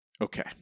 Okay